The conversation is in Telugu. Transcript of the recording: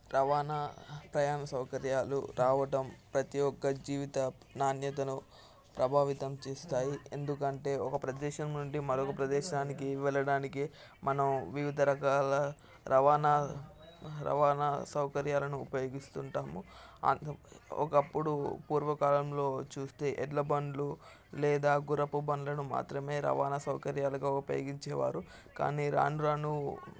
రవాణా ప్రయాణ సౌకర్యాలు రావడం ప్రతి ఒక్క జీవిత నాణ్యతను ప్రభావితం చేస్తాయి ఎందుకంటే ఒక ప్రదేశం నుండి మరొక ప్రదేశానికి వెళ్లడానికి మనం వివిధ రకాల రవాణా రవాణా సౌకర్యాలను ఉపయోగిస్తుంటాము ఒకప్పుడు పూర్వకాలంలో చూస్తే ఎడ్ల బండ్లు లేదా గుర్రపు బండ్లను మాత్రమే రవాణా సౌకర్యాలుగా ఉపయోగించేవారు కానీ రానురాను